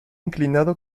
inclinado